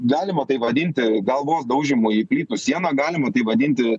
galima tai vadinti galvos daužymu į plytų sieną galima tai vadinti